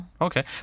Okay